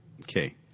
Okay